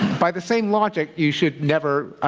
by the same logic, you should never